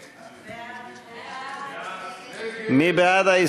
עמר בר-לב, יחיאל חיליק בר, עמיר פרץ, מרב